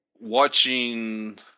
watching